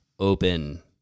open